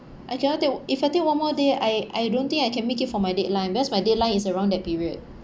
I cannot take if I take one more day I I don't think I can make it for my deadline because my deadline is around that period